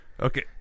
Okay